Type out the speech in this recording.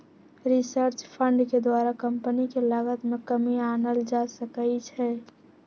research fund के द्वारा company के लागत में कमी आनल जा सकइ छै